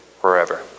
forever